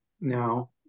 now